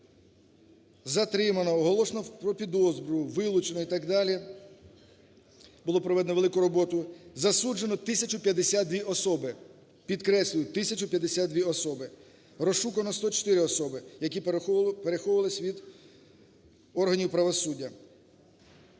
затримано, оголошено про підозру, вилучено і так далі. Було проведено велику роботу, засуджено 1 тисячу 52 особи, підкреслюю, 1 тисячу 52 особи, розшукано 104 особи, які переховувались від органів правосуддя.